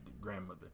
grandmother